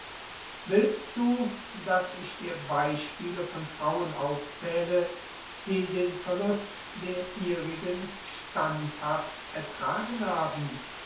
willst du daß ich dir beispiele von frauen aufzähle die den verlust der ihrigen standhaft ertragen haben